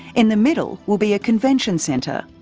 in the middle will be a convention centre.